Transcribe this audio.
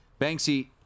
Banksy